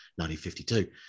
1952